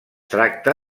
tracta